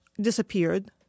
disappeared